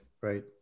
right